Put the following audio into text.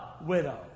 widow